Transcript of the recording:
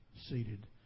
seated